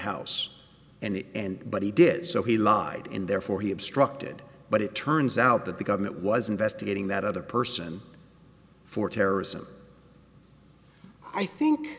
house and but he did so he lied and therefore he obstructed but it turns out that the government was investigating that other person for terrorism i think